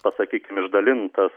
pasakykim išdalintas